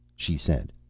she said.